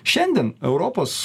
šiandien europos